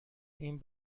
این